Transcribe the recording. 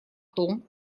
том